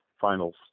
finals